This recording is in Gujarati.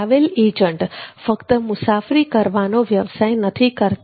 ટ્રાવેલ એજન્ટ ફક્ત મુસાફરી કરવાનો વ્યવસાય નથી કરતા